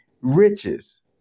riches